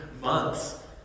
months